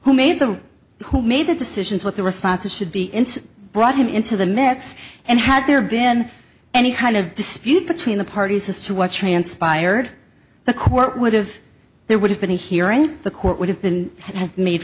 who made the who made the decisions what the responses should be in brought him into the mix and had there been any kind of dispute between the parties as to what transpired the court would of there would have been a hearing the court would have been had made